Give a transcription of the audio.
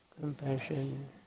compassion